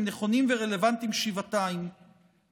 הם נכונים ורלוונטיים שבעתיים.